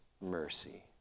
mercy